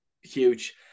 huge